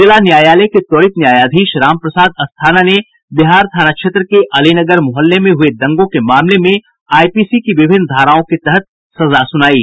जिला न्यायालय के त्वरित न्यायाधीश राम प्रसाद अस्थाना ने बिहार थाना क्षेत्र के अलीनगर मोहल्ले में हुए दंगों के मामले में आईपीसी की विभिन्न धाराओं के तहत सजा सुनायी